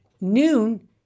noon